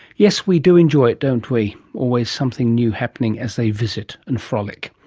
yes, we do enjoy it, don't we? always something new happening as they visit and frolic.